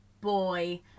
boy